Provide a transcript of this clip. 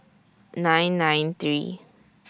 nine nine three